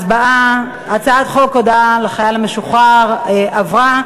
הצעת חוק הודעה לחייל המשוחרר עברה,